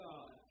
God